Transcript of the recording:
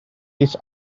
his